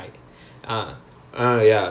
oh ya correct you and nivedha